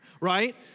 right